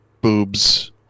boobs